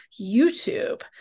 YouTube